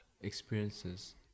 experiences